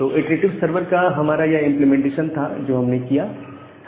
तो iterative server का हमारा यह इंप्लीमेंटेशन था जो हमने किया था